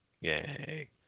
Yay